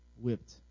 whipped